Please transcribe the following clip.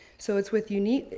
so it's with unique,